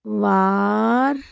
ਵਾਰ